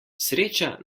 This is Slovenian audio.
sreča